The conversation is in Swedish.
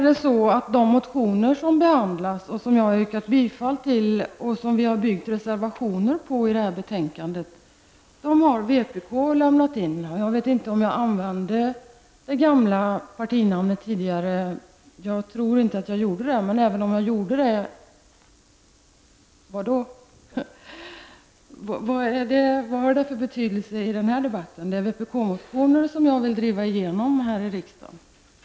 De motioner som behandlas och som jag har yrkat bifall till och som vi har byggt reservationer på i betänkandet har vpk lämnat in. Jag vet inte om jag använde det gamla partinamnet. Jag tror inte att jag gjorde det, men även om jag gjorde det har det ingen betydelse i den här debatten. Det är vpkmotioner som jag vill driva igenom här i riksdagen.